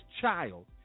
child